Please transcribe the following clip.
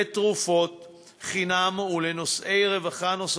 לתרופות חינם ולנושאי רווחה נוספים,